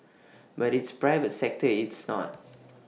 but its private sector is not